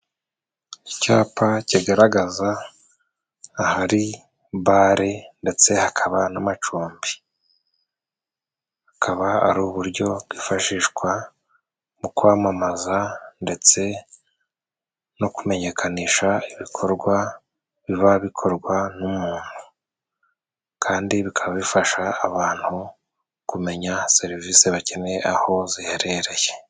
Icyapa kigaragaza ahari bare， ndetse hakaba n'amacumbi. Akaba ari uburyo bwifashishwa mu kwamamaza，ndetse no kumenyekanisha ibikorwa biba bikorwa n'umuntu，kandi bikaba bifasha abantu kumenya serivisi bakeneye aho ziherereye.